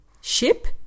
Ship